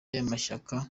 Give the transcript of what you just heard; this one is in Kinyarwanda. y’amashyaka